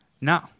No